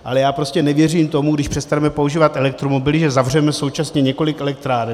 Ale já prostě nevěřím tomu, když přestaneme používat elektromobily, že zavřeme současně několik elektráren.